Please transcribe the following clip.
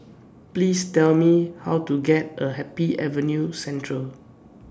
Please Tell Me How to get A Happy Avenue Central